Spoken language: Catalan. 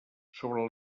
sobre